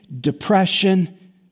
depression